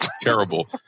Terrible